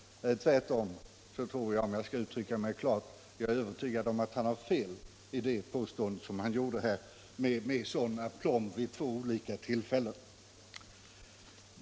Tvärtom är jag övertygad om att han har fel i det påstående som han gjorde här med sådan aplomb vid två olika tillfällen.